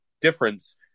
difference